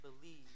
believe